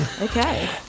Okay